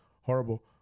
horrible